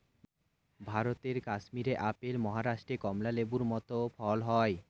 ভারতের কাশ্মীরে আপেল, মহারাষ্ট্রে কমলা লেবুর মত ফল হয়